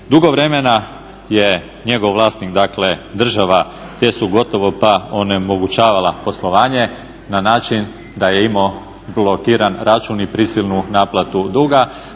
Dugo vremena je njegov vlasnik država TESU gotovo pa onemogućavala poslovanje na način da je imao blokiran račun i prisilnu naplatu duga